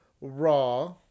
raw